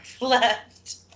left